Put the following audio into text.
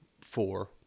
four